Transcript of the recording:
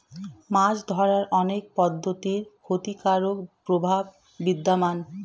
মাছ ধরার অনেক পদ্ধতির ক্ষতিকারক প্রভাব বিদ্যমান